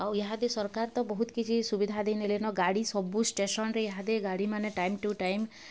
ଆଉ ଇହାଦେ ସରକାର୍ ତ ବହୁତ କିଛି ସୁବିଧା ଦେଇ ନେଲେନ ଗାଡ଼ି ସବୁ ଷ୍ଟେସନ୍ରେ ଇହାଦେ ଗାଡ଼ିମାନେ ଟାଇମ୍ ଟୁ ଟାଇମ୍